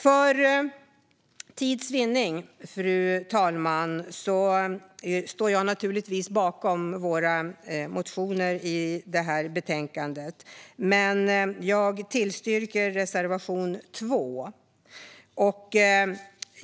Jag står naturligtvis bakom våra motioner i detta betänkande, men för tids vinnande, fru talman, yrkar jag endast bifall till reservation 2.